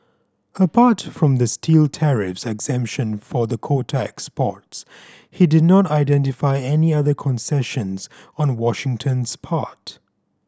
apart from the steel tariffs exemption for the quota exports he did not identify any other concessions on Washington's part